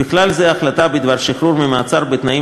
ובכלל זה החלטה בדבר שחרור ממעצר בתנאים